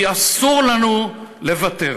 כי אסור לנו לוותר.